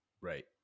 Right